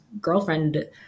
girlfriend